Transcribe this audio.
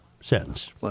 sentence